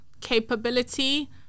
capability